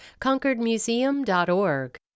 ConcordMuseum.org